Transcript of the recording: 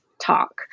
talk